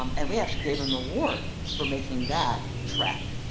um and we actually gave him an award for making that trek.